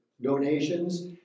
donations